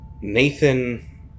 Nathan